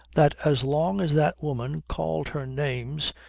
that, as long as that woman called her names,